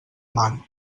mare